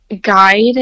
guide